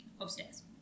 Upstairs